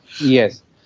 yes